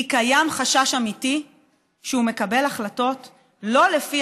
כי קיים חשש אמיתי שהוא מקבל החלטות לא לפי